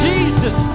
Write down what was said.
Jesus